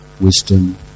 wisdom